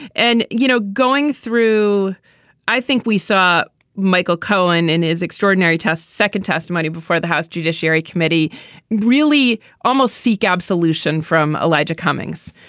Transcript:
and you know going through i think we saw michael cohen and his extraordinary test second testimony before the house judiciary committee really almost seek absolution from elijah cummings.